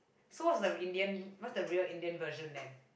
so what is the Indian what is the real Indian version then